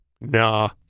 Nah